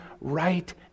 right